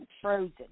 frozen